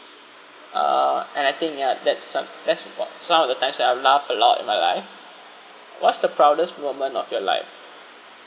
uh and I think ya that's some that's about some of the times that I will laugh a lot in my life what's the proudest moment of your life